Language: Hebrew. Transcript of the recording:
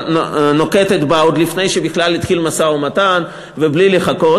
נוקטת עוד לפני שהתחיל בכלל משא-ומתן ובלי לחכות.